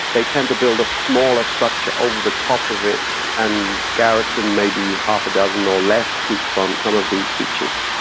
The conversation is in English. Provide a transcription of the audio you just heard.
they tend to build a smaller structure over the top of it and garrison maybe half a dozen or less troops on some of these features.